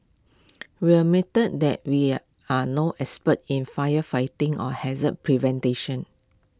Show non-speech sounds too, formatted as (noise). we admit that we are no experts in firefighting or haze (unintelligible)